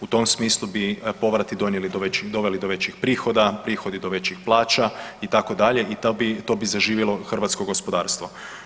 U tom smislu bi povrati donijeli, doveli do većih prihoda, prihodi do većih plaća itd., i to bi zaživjelo hrvatsko gospodarstvo.